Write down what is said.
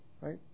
Right